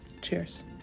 Cheers